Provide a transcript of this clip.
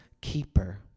keeper